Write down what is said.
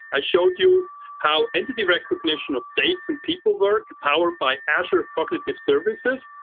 i showed you how entity recognition of dates and people work powered by azure cognitive services.